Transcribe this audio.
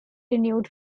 renewed